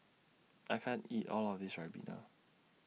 I can't eat All of This Ribena